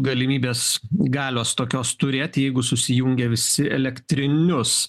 galimybės galios tokios turėt jeigu susijungia visi elektrinius